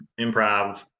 improv